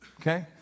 okay